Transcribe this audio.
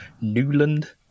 Newland